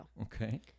okay